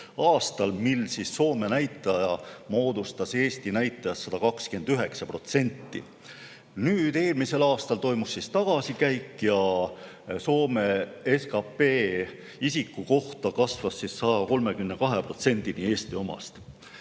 aastal, mil Soome näitaja moodustas Eesti näitajast 129%. Eelmisel aastal toimus tagasikäik ja Soome SKP isiku kohta kasvas 132%‑ni Eesti omast.